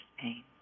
pain